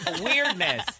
weirdness